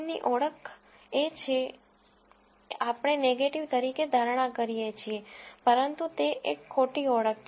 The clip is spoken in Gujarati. ની ખોટી ઓળખ એ છે કે આપણે નેગેટીવ તરીકે ધારણા કરીએ છીએ પરંતુ તે એક ખોટી ઓળખ છે